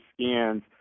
scans